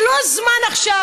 זה לא זמן עכשיו,